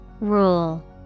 Rule